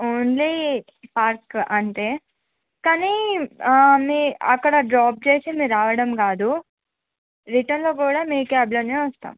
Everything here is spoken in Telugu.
ఓన్లీ పార్క్ అంతే కానీ మీరు అక్కడ డ్రాప్ చేసి మీరు రావడం కాదు రిటర్న్లో కూడా మీ క్యాబ్ లోనే వస్తాం